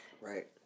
Right